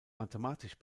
mathematisch